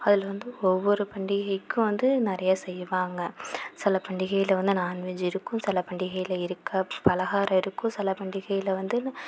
அதில் வந்து ஒவ்வொரு பண்டிகைக்கும் வந்து நிறையா செய்வாங்க சில பண்டிகையில் வந்து நான்வெஜ் இருக்கும் சில பண்டிகையில் இருக்க பலகாரம் இருக்கும் சில பண்டிகையில் வந்து